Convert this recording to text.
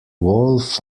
wolff